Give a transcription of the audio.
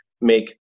make